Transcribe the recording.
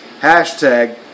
hashtag